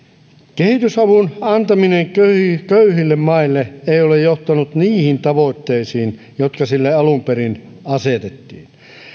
kehitysavun antaminen köyhille köyhille maille ei ole johtanut niihin tavoitteisiin jotka sille alun perin asetettiin